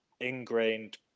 ingrained